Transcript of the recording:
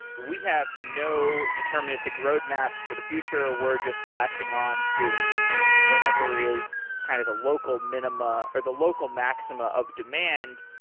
we have no deterministic roadmap for the future. we're just latching on to whatever is kind of the local minima, or the local maxima of demand.